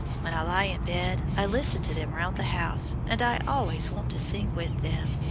when i lie in bed i listen to them around the house, and i always want to sing with them.